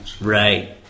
Right